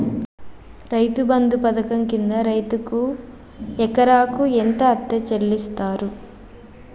రైతు బంధు పథకం కింద రైతుకు ఎకరాకు ఎంత అత్తే చెల్లిస్తరు?